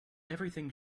everything